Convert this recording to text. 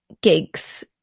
gigs